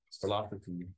philosophy